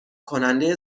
کننده